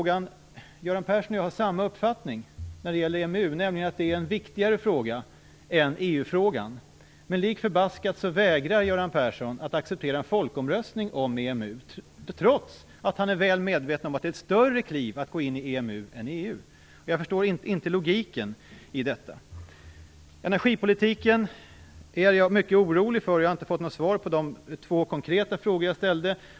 Göran Persson och jag har samma uppfattning när det gäller EMU, nämligen att det är en viktigare fråga än EU-frågan. Likt förbaskat vägrar Göran Persson att acceptera en folkomröstning om EMU, trots att han är väl medveten om att det är ett större kliv att gå in i EMU än att gå in i EU. Jag förstår inte logiken i detta. Energipolitiken är jag mycket orolig för. Jag har inte fått något svar på de två konkreta frågor jag ställde.